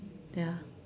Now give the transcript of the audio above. ya